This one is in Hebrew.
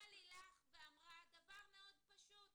באה לילך ואמרה דבר פשוט